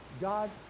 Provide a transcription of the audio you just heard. God